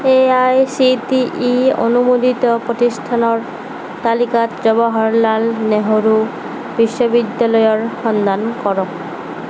A I C T E অনুমোদিত প্ৰতিষ্ঠানৰ তালিকাত জৱাহৰলাল নেহৰু বিশ্ববিদ্যালয়ৰ সন্ধান কৰক